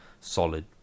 solid